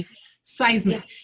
seismic